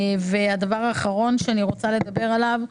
הדבר האחרון שאני רוצה לדבר עליו,